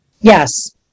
Yes